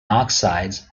oxides